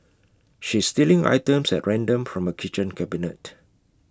she's stealing items at random from her kitchen cabinet